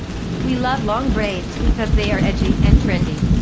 we love long braids because they are edgy and trendy.